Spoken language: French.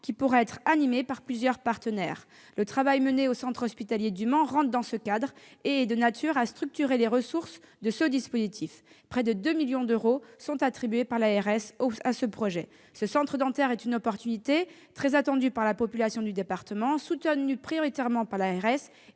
qui pourra être animé par plusieurs partenaires. Le travail mené au centre hospitalier du Mans entre dans ce cadre et est de nature à structurer les ressources de ce dispositif. Près de 2 millions d'euros sont attribués, par l'ARS, au projet. Ce centre dentaire est une opportunité, très attendue par la population du département, soutenue prioritairement par l'ARS